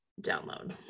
download